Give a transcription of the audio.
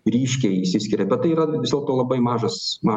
ryškiai išsiskiria bet tai yra vis dėlto labai mažas kiekis